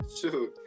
Shoot